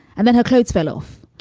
and then her clothes fell off.